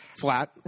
flat